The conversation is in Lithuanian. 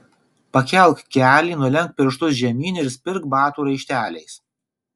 pakelk kelį nulenk pirštus žemyn ir spirk batų raišteliais